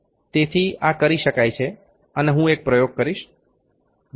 તેથી આ કરી શકાય છે અને હું એક પ્રયોગ કરીશ